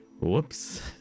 whoops